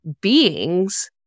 beings